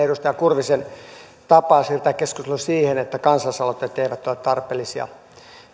edustaja kurvisen tapaa siirtää keskustelu siihen että kansalaisaloitteet eivät ole tarpeellisia